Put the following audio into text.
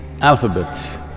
alphabets